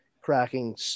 cracking